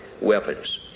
Weapons